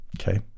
okay